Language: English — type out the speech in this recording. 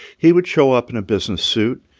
he would show up in a business suit.